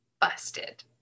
busted